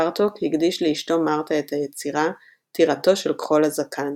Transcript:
בארטוק הקדיש לאשתו מרתה את היצירה "טירתו של כחול הזקן",